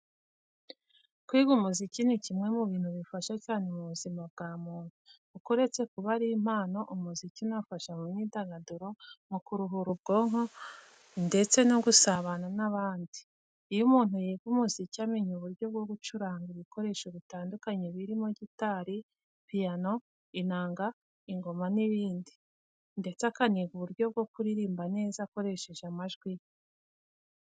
Kwiga umuziki ni kimwe mu bintu bifasha cyane mu buzima bwa muntu kuko uretse kuba ari impano, umuziki unafasha mu myidagaduro, mu kuruhura ubwonko ndetse no gusabana n'abandi. Iyo umuntu yiga umuziki, amenya uburyo bwo gucuranga ibikoresho bitandukanye birimo gitari, piyano, inanga, ingoma n'ibindi, ndetse akaniga uburyo bwo kuririmba neza akoresheje amajwi ye.